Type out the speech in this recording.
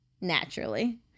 naturally